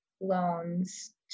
loans